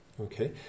Okay